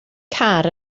car